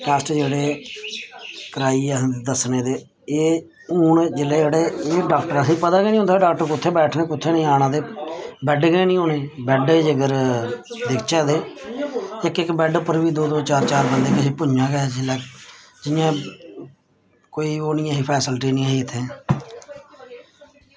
test जेह्ड़े कराइयै असें दस्सने ते एह् हून जेल्लै जेह्ड़े एह् डॉक्टर असेंगी पता निं होंदा डाक्टर कुत्थें बैठे दे कुत्थें नेईं आना ते बैड्ड गै निं होने बैड्ड जेकर दिक्खचै ते इक इक बैड्ड पर बी दो दो चार चार बंदे किश भुंञां गै जेल्लै जियां कोई ओह् निं ही फेस्लिटी निं ही इत्थें